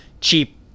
cheap